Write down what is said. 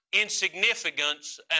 insignificance